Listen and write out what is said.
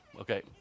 Okay